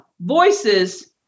voices